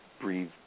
breathe